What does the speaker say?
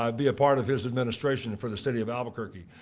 ah be a part of his administration for the city of albuquerque.